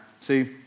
See